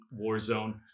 Warzone